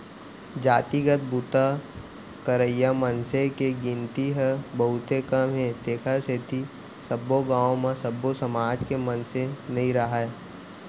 जातिगत बूता करइया मनसे के गिनती ह बहुते कम हे तेखर सेती सब्बे गाँव म सब्बो समाज के मनसे नइ राहय